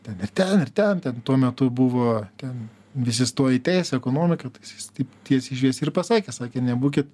ten ir ten ir ten ten tuo metu buvo ten visi stojo į teisę ekonomiką tai jisai taip tiesiai šviesiai ir pasakė sakė nebūkit